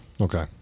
Okay